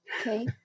Okay